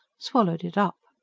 swallowed it up.